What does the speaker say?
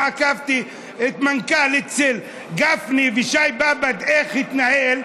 ועקבתי אחר המנכ"ל שי באב"ד אצל גפני,